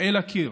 אל הקיר.